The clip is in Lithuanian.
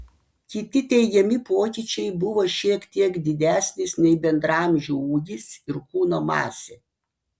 kiti teigiami pokyčiai buvo šiek tiek didesnis nei bendraamžių ūgis ir kūno masė